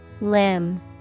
Limb